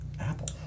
apple